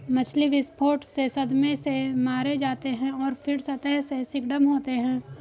मछली विस्फोट से सदमे से मारे जाते हैं और फिर सतह से स्किम्ड होते हैं